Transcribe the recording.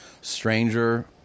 stranger